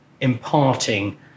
imparting